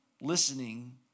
listening